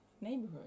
neighborhood